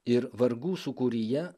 ir vargų sūkuryje